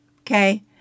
okay